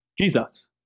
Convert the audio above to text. Jesus